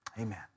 Amen